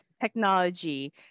technology